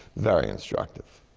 very instructive.